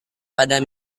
pada